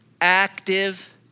active